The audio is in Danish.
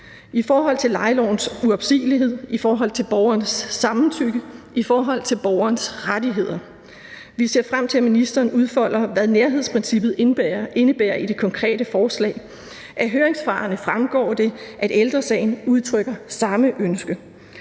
i forhold til lejelovens ord om uopsigelighed, i forhold til borgerens samtykke, i forhold til borgerens rettigheder. Vi ser frem til, at ministeren udfolder, hvad nærhedsprincippet indebærer i det konkrete forslag. Af høringssvarene fremgår det, at Ældre Sagen udtrykker samme ønske.